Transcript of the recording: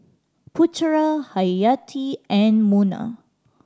Putera Hayati and Munah